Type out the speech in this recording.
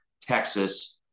Texas